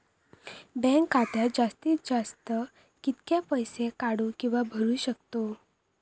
Bank खात्यात जास्तीत जास्त कितके पैसे काढू किव्हा भरू शकतो?